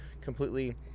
completely